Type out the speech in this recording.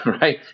right